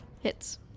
Hits